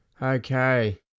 Okay